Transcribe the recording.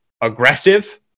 aggressive